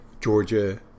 Georgia